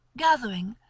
gathering,